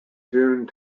june